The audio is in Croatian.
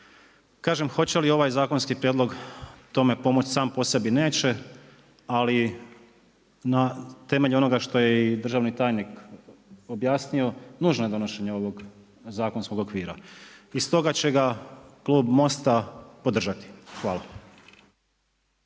hoće li ovaj zakonski prijedlog tome pomoć sam po sebi, neće, ali na temelju onoga što je i državni tajnik objasnio, nužno je donošenje ovog zakonskog okvira. I s toga će ga klub MOST-a podržati. Hvala.